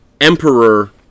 Emperor